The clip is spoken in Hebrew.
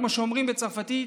כמו שאומרים בצרפתית,